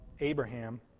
Abraham